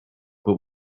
but